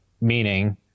meaning